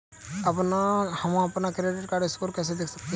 हम अपना credit score कैसे देख सकते हैं?